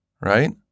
right